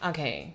Okay